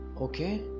okay